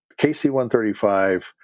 KC-135